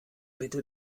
bitte